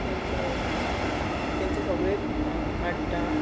तेंचें तेंचें सगळे काडटा